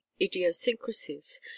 idiosyncrasies